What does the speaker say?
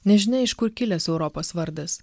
nežinia iš kur kilęs europos vardas